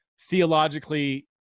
theologically